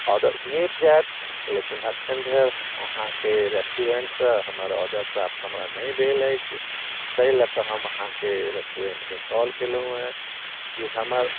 order भेट जायत लेकिन एखन धरि अहाँके रेस्टूरेंटसँ हमर ऑर्डर प्राप्त हमरा नहि भेल अछि तैं लअ के हम अहाँके रेस्टूरेंटमे कॉल कयलहुँ की हमर